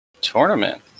Tournament